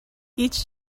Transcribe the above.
each